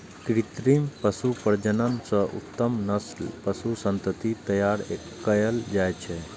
कृत्रिम पशु प्रजनन सं उत्तम नस्लक पशु संतति तैयार कएल जाइ छै